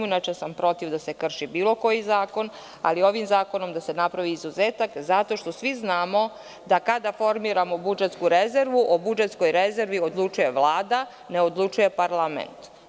Inače sam protiv da se krši bilo koji zakon, ali ovim zakonom da se napravi izuzetak, zato što svi znamo da kada formiramo budžetsku rezervu, o budžetskoj rezervi odlučuje Vlada, ne odlučuje parlament.